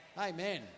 Amen